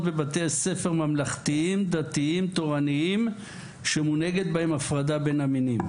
בבתי ספר ממלכתיים-דתיים תורניים שמונהגת בהם הפרדה בין המינים.